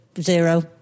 zero